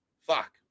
Fuck